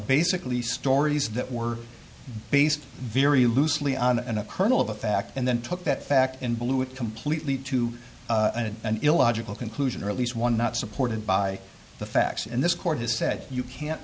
basically stories that were based very loosely on a kernel of a fact and then took that fact and blew it completely to an illogical conclusion or at least one not supported by the facts and this court has said you can't